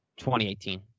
2018